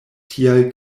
tial